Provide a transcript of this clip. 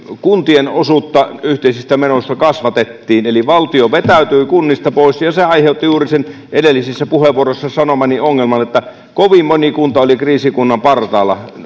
kuntien osuutta yhteisistä menoista kasvatettiin eli valtio vetäytyi kunnista pois ja se aiheutti juuri sen edellisissä puheenvuoroissani sanomani ongelman että kovin moni kunta oli kriisikunnan partaalla